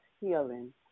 healing